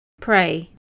Pray